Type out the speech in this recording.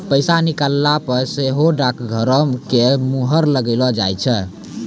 पैसा निकालला पे सेहो डाकघरो के मुहर लगैलो जाय छै